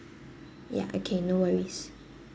ya okay no worries